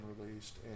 released